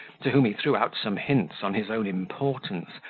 to whom he threw out some hints on his own importance,